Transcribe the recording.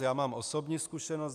Já mám osobní zkušenost.